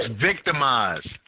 victimized